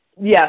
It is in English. Yes